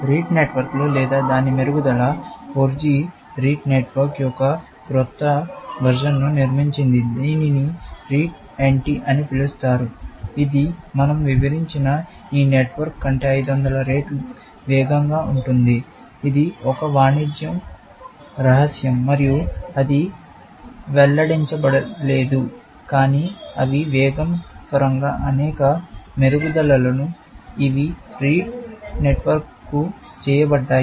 రెటే నెట్వర్క్లు లేదా దాని మెరుగుదల 4G రెటె నెట్వర్క్ యొక్క క్రొత్త సంస్కరణను సృష్టించింది దీనిని రెటే ఎన్టి అని పిలుస్తారు ఇది మన০ వివరించిన ఈ నెట్వర్క్ కంటే 500 రెట్లు వేగంగా ఉంటుంది కానీ దురదృష్టవశాత్తు మనకు ఆ నెట్వర్క్ యొక్క వివరణలు లేవు ఎందుకంటే ఇది ఒక వాణిజ్యం రహస్యం మరియు అది వెల్లడించబడలేదు కానీ అవి వేగం పరంగా అనేక మెరుగుదలలు ఇవి రీటే నెట్వర్క్కు చేయబడ్డాయి